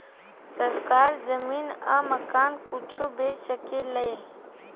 सरकार जमीन आ मकान कुछो बेच सके ले